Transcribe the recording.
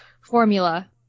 formula